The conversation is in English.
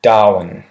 Darwin